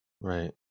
Right